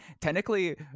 technically